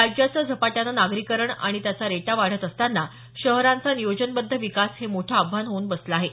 राज्याचं झपाट्यानं नागरीकरण आणि त्याचा रेटा वाढत असताना शहरांचा नियोजनबद्ध विकास हे मोठं आव्हान होऊन बसलं आहे